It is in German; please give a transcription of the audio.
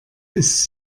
ist